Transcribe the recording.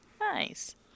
Nice